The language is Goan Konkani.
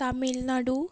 तामिलनाडू